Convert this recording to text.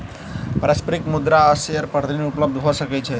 पारस्परिक मुद्रा आ शेयर पर ऋण उपलब्ध भ सकै छै